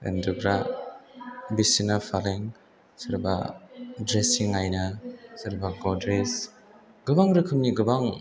उन्दुग्राफ्रा बिसिना फालें सोरबा द्रेसिं आइना सोरबा गद्रेज गोबां रोखोमनि गोबां